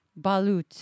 balut